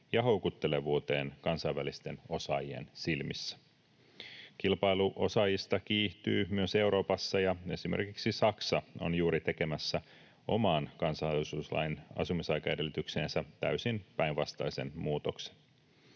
ja houkuttelevuuteen kansainvälisten osaajien silmissä. Kilpailu osaajista kiihtyy myös Euroopassa, ja esimerkiksi Saksa on juuri tekemässä omaan kansalaisuuslain asumisaikaedellytykseensä täysin päinvastaisen muutoksen.